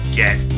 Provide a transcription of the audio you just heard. get